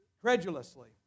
Credulously